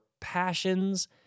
passions